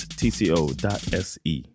tco.se